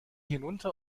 hinunter